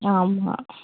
ஆமாம்